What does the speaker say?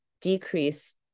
decrease